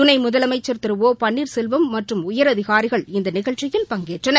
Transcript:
துணை முதலமைச்சர் திரு ஒ பன்னீர்செல்வம் மற்றும் உயரதிகாரிகள் இந்த நிகழ்ச்சியில் பங்கேற்றனர்